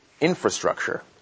infrastructure